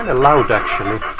and loud actually.